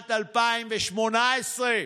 לשעיר לעזאזל.